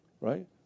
right